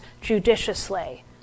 judiciously